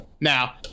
now